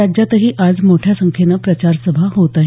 राज्यातही आज मोठ्या संख्येनं प्रचार सभा होत आहेत